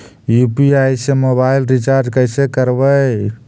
UPI से mobile recharge कैसे करबइ?